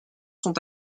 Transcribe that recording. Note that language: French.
sont